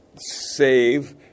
save